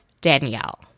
Danielle